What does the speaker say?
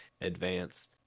advance